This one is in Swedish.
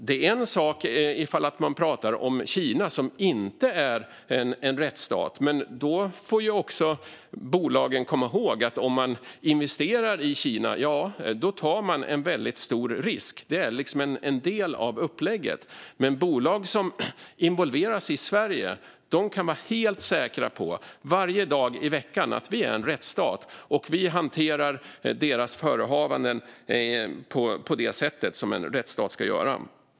Det är en sak när det gäller Kina, som inte är en rättsstat, men då får bolagen komma ihåg att om de investerar i Kina tar de tar en väldigt stor risk. Det är liksom en del av upplägget. Men bolag som involveras i Sverige kan vara helt säkra på, varje dag i veckan, att vi är en rättsstat och hanterar deras förehavanden på det sätt som en rättsstat ska göra.